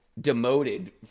Demoted